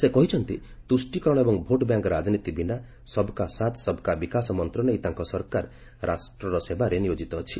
ସେ କହିଛନ୍ତି ତୁଷ୍ଟୀକରଣ ଏବଂ ଭୋଟ୍ବ୍ୟାଙ୍କ୍ ରାଜନୀତି ବିନା ସବ୍କା ସାଥ୍ ସବ୍କା ବିକାଶ ମନ୍ତ୍ର ନେଇ ତାଙ୍କ ସରକାର ରାଷ୍ଟ୍ରର ସେବାରେ ନିୟୋକିତ ଅଛି